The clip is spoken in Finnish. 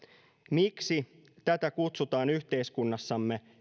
miksi tätä kutsutaan yhteiskunnassamme